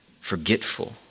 forgetful